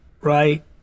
right